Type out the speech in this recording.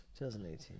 2018